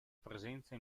presenze